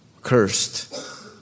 cursed